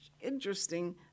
interesting